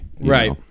right